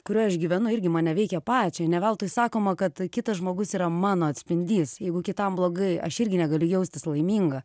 kurioj aš gyvenu irgi mane veikia pačią ne veltui sakoma kad kitas žmogus yra mano atspindys jeigu kitam blogai aš irgi negaliu jaustis laiminga